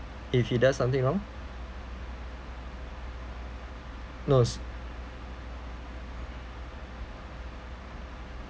if he does something wrong no